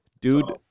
Dude